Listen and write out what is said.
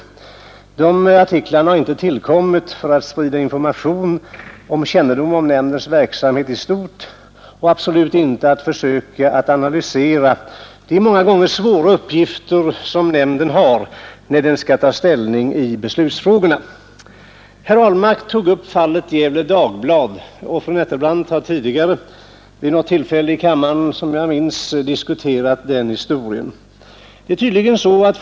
Sådana artiklar har inte tillkommit för att sprida kännedom om nämndens verksamhet i stort och absolut inte för att försöka analysera de många gånger svåra uppgifter som nämnden har, när den skall ta ställning i beslutsfrågorna. Herr Ahlmark tog upp fallet Gefle Dagblad, och fru Nettelbrandt har tidigare vid något tillfälle tagit upp den diskussionen här i kammaren.